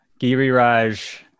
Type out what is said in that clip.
Giriraj